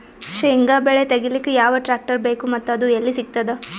ಶೇಂಗಾ ಬೆಳೆ ತೆಗಿಲಿಕ್ ಯಾವ ಟ್ಟ್ರ್ಯಾಕ್ಟರ್ ಬೇಕು ಮತ್ತ ಅದು ಎಲ್ಲಿ ಸಿಗತದ?